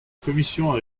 commission